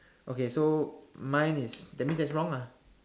okay so mine is that means that's wrong lah